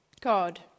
God